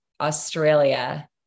Australia